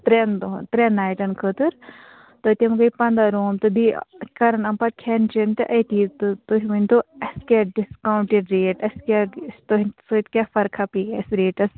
ترٛیٚن دۅہَن ترٛیٚن نایِٹَن خٲطٕر تہٕ تِم گٔے پَنٛداہ روٗم تہٕ بیٚیہِ کَرَن اَمہِ پَتہٕ کھیٚن چیٚن تہٕ أتی تہٕ تُہۍ ؤنۍتَو اَسہِ کیٛاہ ڈِسکاوُنٛٹِڈ ریٹ اسہِ کیٛاہ تُہنٛدِ سۭتۍ کیٛاہ فَرٕقاہ پیٚیہِ اسہِ ریٹَس